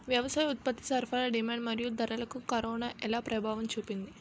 వ్యవసాయ ఉత్పత్తి సరఫరా డిమాండ్ మరియు ధరలకు కరోనా ఎలా ప్రభావం చూపింది